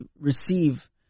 receive